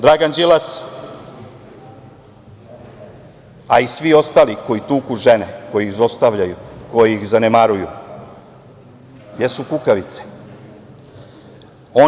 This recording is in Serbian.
Dragan Đilas, a i svi ostali koji tuku žene, koji ih zlostavljaju, koji ih zanemaruju, jesu kukavice.